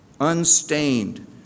unstained